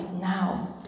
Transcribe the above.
now